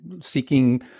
seeking